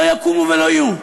לא יקומו ולא יהיו.